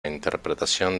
interpretación